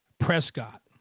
Prescott